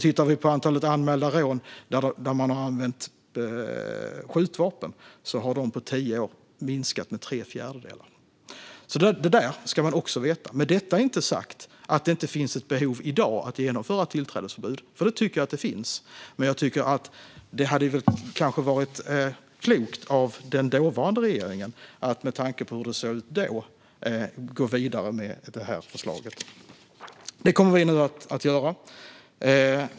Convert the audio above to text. Tittar vi på antalet anmälda rån där man har använt skjutvapen har de på tio år minskat med tre fjärdedelar. Det ska man också veta. Med detta inte sagt att det inte finns ett behov i dag att genomföra tillträdesförbud, för det tycker jag att det finns. Men det hade kanske varit klokt av den dåvarande regeringen att med tanke på hur det såg ut då gå vidare med förslaget. Det kommer vi nu att göra.